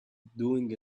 doing